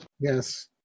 Yes